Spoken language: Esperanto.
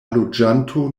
loĝanto